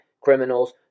criminals